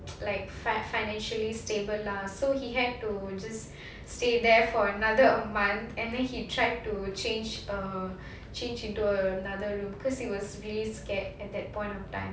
like fi~ financially stable lah so he had to just stay there for another month and then he tried to change uh change into another room because he was really scared at that point of time